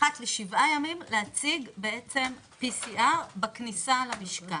אחת לשבעה ימים להציג PCR בכניסה למשכן,